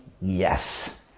Yes